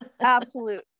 absolute